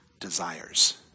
desires